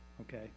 okay